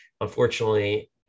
unfortunately